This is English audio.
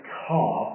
car